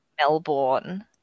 Melbourne